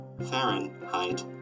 Fahrenheit